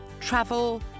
travel